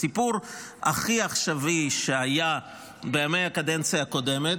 הסיפור הכי עכשווי היה בימי הקדנציה הקודמת,